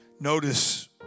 Notice